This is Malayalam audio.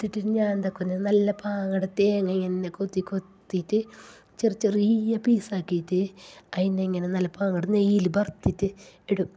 വറുത്തിട്ട് ഞാന് എന്താക്കും പറഞ്ഞാൽ നല്ല പാങ്ങടെ തേങ്ങ ഇങ്ങന്നെ കൊത്തി കൊത്തിയിട്ട് ചെറിയ ചെറിയ പീസാക്കിയിട്ടു അതിനെ ഇങ്ങനെ നല്ല പാങ്ങോട് നെയ്യിൽ വറുത്തിട്ട് ഇടും